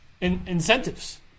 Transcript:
incentives